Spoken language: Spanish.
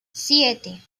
siete